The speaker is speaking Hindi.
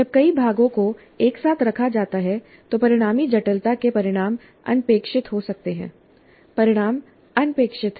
जब कई भागों को एक साथ रखा जाता है तो परिणामी जटिलता के परिणाम अनपेक्षित हो सकते हैं परिणाम अनपेक्षित हैं